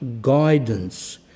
guidance